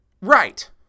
Right